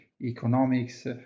economics